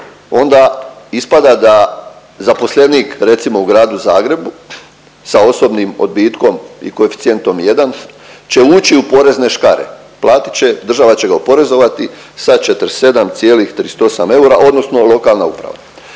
onda ispada da zaposlenik recimo u gradu Zagrebu sa osobnim odbitkom i koeficijentom 1, će ući u porezne škare. Platit će, država će ga oporezovati sa 47,38 eura odnosno lokalna uprava.